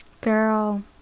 girl